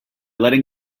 letting